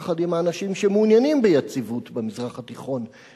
יחד עם האנשים שמעוניינים ביציבות במזרח התיכון,